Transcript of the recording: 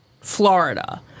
Florida